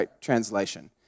translation